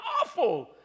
awful